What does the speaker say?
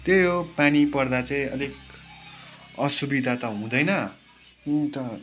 त्यही हो पानी पर्दा चाहिँ अलिक असुविधा त हुँदैन अन्त